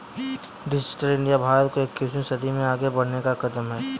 digital India Bharat को इक्कीसवें शताब्दी में आगे बढ़ने का कदम है